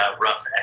rough